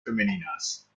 femeninas